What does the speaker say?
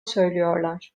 söylüyorlar